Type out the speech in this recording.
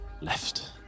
Left